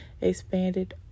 expanded